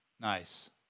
nice